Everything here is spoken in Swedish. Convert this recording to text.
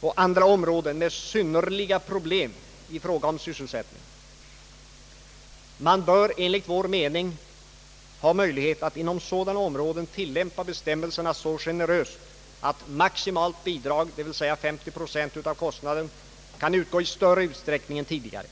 och andra områden med synnerligen stora problem i fråga om sysselsättning. Man bör enligt vår mening ha möjlighet att inom sådana områden tillämpa bestämmelserna så generöst att maximalt bidrag, d. v. s. 50 procent av kostnaden, kan utges i större utsträckning än tidigare.